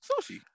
sushi